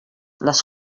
les